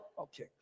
okay